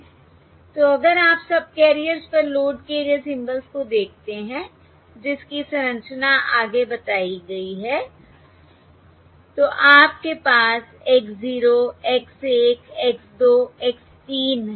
तो अगर आप सबकैरियर्स पर लोड किए गए सिंबल्स को देखते हैं जिसकी संरचना आगे बताई गई है तो आपके पास X 0 X 1 X 2 X 3 है